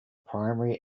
primary